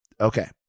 Okay